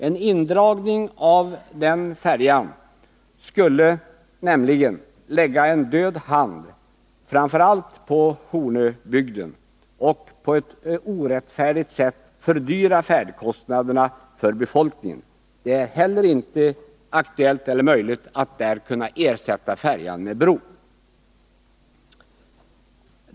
En indragning av denna färja skulle nämligen lägga en död hand framför allt på Hornöbygden och på ett orättfärdigt sätt fördyra färdkostnaderna för befolkningen. Det är inte heller möjligt att ersätta den färjan med en bro.